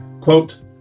Quote